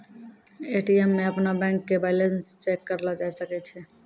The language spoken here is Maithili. ए.टी.एम मे अपनो बैंक के बैलेंस चेक करलो जाय सकै छै